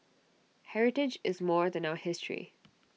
heritage is more than our history